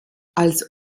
als